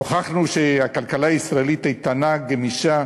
הוכחנו שהכלכלה הישראלית איתנה, גמישה,